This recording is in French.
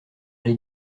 les